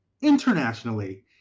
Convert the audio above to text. internationally